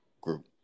Group